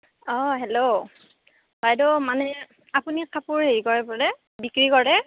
অঁ হেল্ল' বাইদেউ মানে আপুনি কাপোৰ হেৰি কৰে বোলে বিক্ৰী কৰে